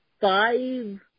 five